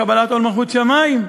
קבלת עול מלכות שמים?